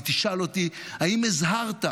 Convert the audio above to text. והיא תשאל אותי: האם הזהרת?